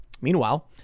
Meanwhile